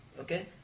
Okay